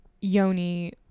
Yoni